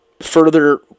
further